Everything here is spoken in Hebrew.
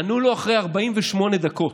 ענו לו אחרי 48 דקות,